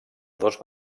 dos